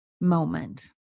moment